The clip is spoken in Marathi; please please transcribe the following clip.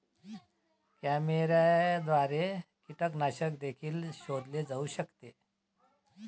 कॅमेऱ्याद्वारे कीटकनाशक देखील शोधले जाऊ शकते